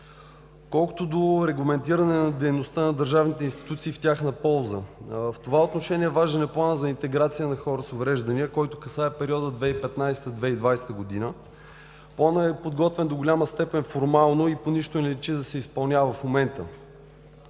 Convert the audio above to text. колкото до регламентиране на дейността на държавните институции в тяхна полза. В това отношение важен е планът за интеграция на хора с увреждания, който касае периода 2015 г. – 2020 г. Планът е подготвен до голяма степен формално и по нищо не личи да се изпълнява в момента.